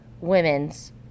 women's